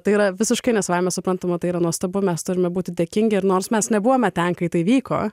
tai yra visiškai ne savaime suprantama tai yra nuostabu mes turime būti dėkingi ir nors mes nebuvome ten kai tai vyko